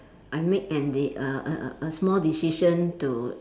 I make and the err a a small decision to